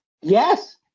Yes